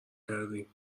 کردیم